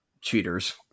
cheaters